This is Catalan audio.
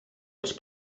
els